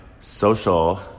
social